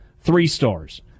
three-stars